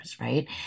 right